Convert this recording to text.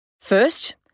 First